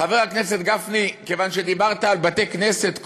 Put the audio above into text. חבר הכנסת גפני, כיוון שדיברת על בתי-כנסת קודם,